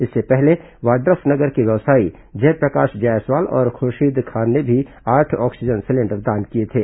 इससे पहले वाड्रफनगर के व्यवसायी जयप्रकाश जायसवाल और खुर्शीद खान ने भी आठ ऑक्सीजन सिलेंडर दान किए थे